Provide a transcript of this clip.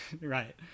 Right